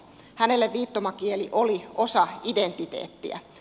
hänelle viittomakieli oli osa identiteettiä